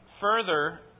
further